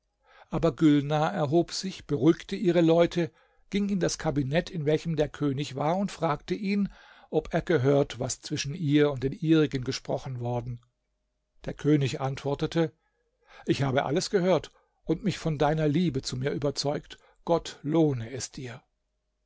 aber gülnar erhob sich beruhigte ihre leute ging in das kabinet in welchem der könig war und fragte ihn ob er gehört was zwischen ihr und den ihrigen gesprochen worden der könig antwortete ich habe alles gehört und mich von deiner liebe zu mir überzeugt gott lohne es dir